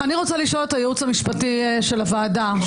אני רוצה לשאול את הייעוץ המשפטי של הכנסת,